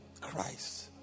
Christ